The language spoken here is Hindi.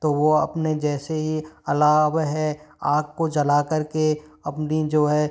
तो वो अपने जैसे ही अलाव है वह आग को जला करके अपनी जो है